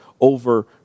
over